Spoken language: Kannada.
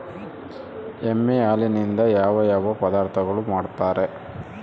ಎಮ್ಮೆ ಹಾಲಿನಿಂದ ಯಾವ ಯಾವ ಪದಾರ್ಥಗಳು ಮಾಡ್ತಾರೆ?